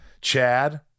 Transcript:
Chad